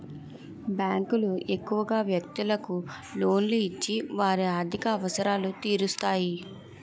బ్యాంకులు ఎక్కువగా వ్యక్తులకు లోన్లు ఇచ్చి వారి ఆర్థిక అవసరాలు తీరుస్తాయి